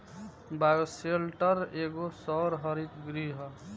bioshelter एगो सौर हरित गृह ह